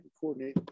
coordinate